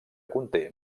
conté